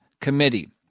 committee